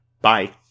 bye